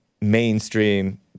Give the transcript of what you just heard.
mainstream